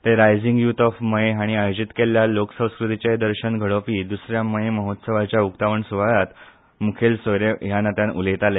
ते rising youth of मयें हांणी आयोजीत केल्ले लोकसंस्कृतायेचें दर्शन घडोवपी द्सऱ्या मयें महोत्सवाच्या उकतावण सुवाळ्यांत मुखेल सोयरे ह्या नात्यान उलयताले